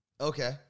Okay